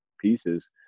pieces